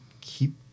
keep